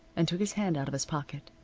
and took his hand out of his pocket.